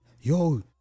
Yo